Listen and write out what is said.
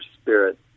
spirit